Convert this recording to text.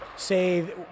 say